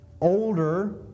Older